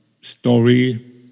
story